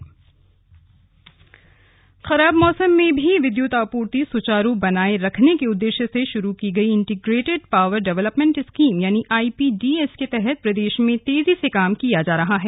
IPDS योजना खराब मौसम में भी विद्युत आपूर्ति सुचारू बनाए रखने के उद्देश्य से शुरू की गई इंटीग्रेटेड पावर डिवेलपमेंट स्किम यानि आईपीडीएस के तहत प्रदेश में तेजी से काम किया जा रहा है